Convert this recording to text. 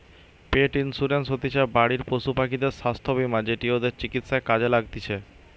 পেট insurance হতিছে বাড়ির পশুপাখিদের স্বাস্থ্য বীমা যেটি ওদের চিকিৎসায় কাজে লাগতিছে